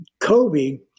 Kobe